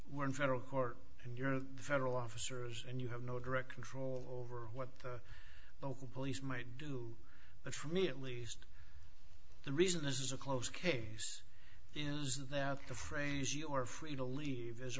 were in federal court and your federal officers and you have no direct control over what local police might do but for me at least the reason this is a close case is that the phrase you're free to leave is